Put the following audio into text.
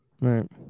right